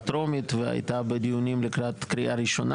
טרומית והייתה בדיונים לקראת קריאה ראשונה,